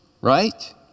right